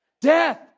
death